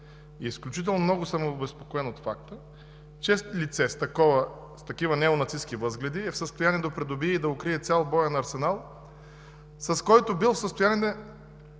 Изключително много съм обезпокоен от факта, че лице с такива неонацистки възгледи е в състояние да придобие и да укрие цял боен арсенал, с който бил в състояние